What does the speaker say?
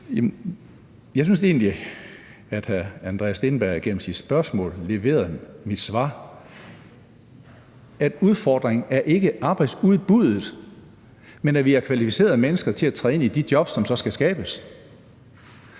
Jeg synes egentlig, at hr. Andreas Steenberg gennem sit spørgsmål leverede mit svar: at udfordringen ikke er arbejdsudbuddet, men om vi har kvalificerede mennesker til at træde ind i de jobs, som så skal skabes.